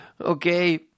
okay